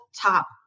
top